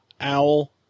Owl